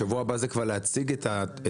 שבוע הבא זה כבר להציג את הנוהל.